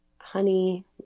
honey